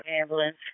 ambulance